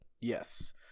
Yes